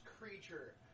creature